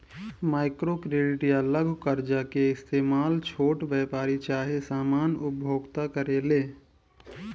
micro credit या लघु कर्जा के इस्तमाल छोट व्यापारी चाहे सामान्य उपभोक्ता करेले